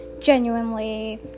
genuinely